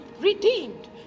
redeemed